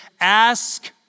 ask